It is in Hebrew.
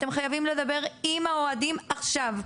אתם חייבים לדבר עם האוהדים עכשיו,